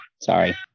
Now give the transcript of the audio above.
Sorry